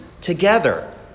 together